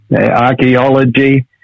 archaeology